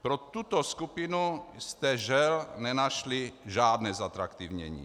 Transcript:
Pro tuto skupinu jste, žel, nenašli žádné zatraktivnění.